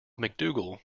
macdougall